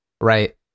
right